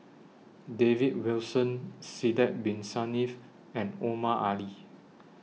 David Wilson Sidek Bin Saniff and Omar Ali